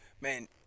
Man